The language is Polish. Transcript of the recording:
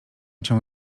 cię